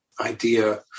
idea